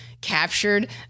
captured